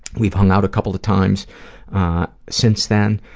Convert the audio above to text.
we've hung out a couple of times since then,